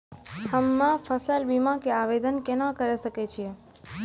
हम्मे फसल बीमा के आवदेन केना करे सकय छियै?